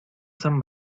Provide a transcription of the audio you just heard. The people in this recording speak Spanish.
san